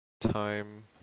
time